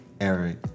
Eric